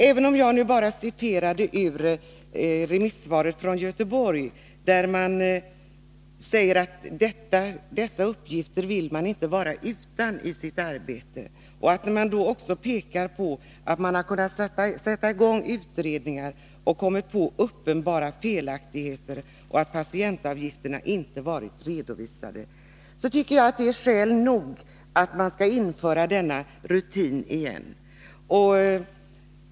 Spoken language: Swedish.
Även om jag nu bara citerade remissvaret från Göteborg, där man säger att man inte vill vara utan dessa uppgifter i sitt arbete och pekar på att man har kunnat sätta i gång utredningar och kommit på uppenbara felaktigheter och att patientavgifterna inte varit redovisade, tycker jag att de beskeden är skäl nog att införa denna rutin igen.